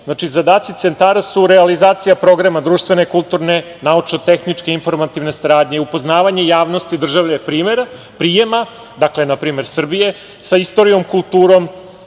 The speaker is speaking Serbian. znači zadaci centara su realizacija programa društvene, kulturne, naučno-tehničke, informativne saradnje, upoznavanje javnosti države prijema, dakle na primer Srbije, sa istorijom, kulturom,